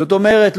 זאת אומרת,